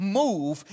move